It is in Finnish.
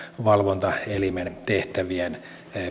valvontaelimen tehtävien